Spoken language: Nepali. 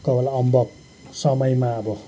कोही बेला अम्बक समयमा अब